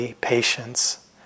patience